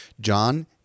John